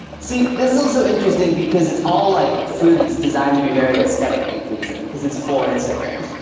see, this is also interesting, because it's all like food that's designed to be very aesthetically pleasing, cause it's for instagram.